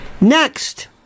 Next